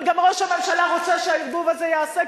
אבל גם ראש הממשלה רוצה שהערבוב הזה ייעשה,